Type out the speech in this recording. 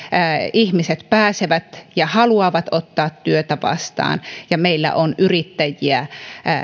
ihmiset pääsevät töihin ja haluavat ottaa työtä vastaan ja meillä on yrittäjiä